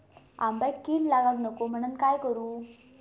आंब्यक कीड लागाक नको म्हनान काय करू?